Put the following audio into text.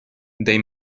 they